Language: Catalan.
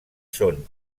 són